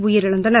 உயிரிழந்தனர்